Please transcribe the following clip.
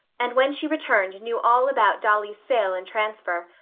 and when she returned knew all about dolly's sale and transfer,